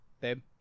Babe